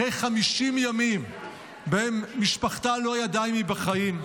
אחרי 50 ימים שבהם משפחתה לא ידעה אם היא בחיים,